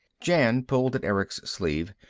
jan pulled at erick's sleeve.